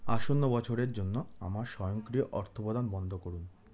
আসন্ন বছরের জন্য আমার স্বয়ংক্রিয় অর্থপ্রদান বন্ধ করুন